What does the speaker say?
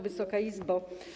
Wysoka Izbo!